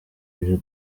ibyo